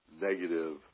negative